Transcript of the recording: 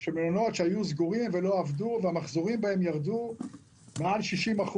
של מלונות שהיו סגורים ולא עבדו והמחזורים בהם ירדו ביותר מ-60%,